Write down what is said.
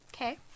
Okay